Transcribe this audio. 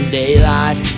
daylight